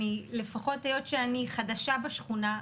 לפחות היות שאני חדשה בשכונה,